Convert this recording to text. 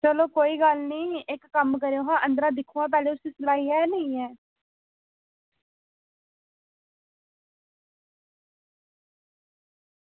चलो कोई गल्ल निं इक्क गल्ल करो आं पैह्लें दिक्खो आं उसी सिलाई ऐ निं ऐ